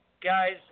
guys